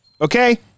Okay